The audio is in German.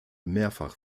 mehrfach